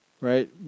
right